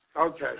okay